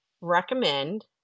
recommend